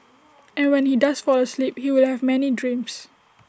and when he does fall asleep he will have many dreams